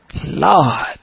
Lord